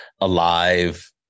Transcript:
alive